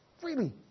Freely